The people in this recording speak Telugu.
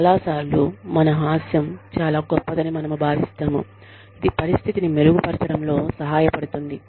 చాలా సార్లు మన హాస్యం చాలా గొప్పదని మనము భావిస్తాము ఇది పరిస్థితిని మెరుగుపరచడంలో సహాయపడుతుంది